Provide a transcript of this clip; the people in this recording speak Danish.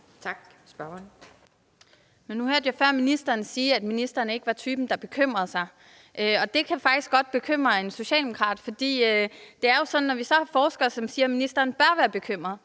(S): Men nu hørte jeg før ministeren sige, at ministeren ikke var typen, der bekymrede sig. Og det kan faktisk godt bekymre en socialdemokrat, når vi så har forskere, som siger, at ministeren bør være bekymret,